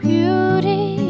Beauty